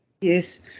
yes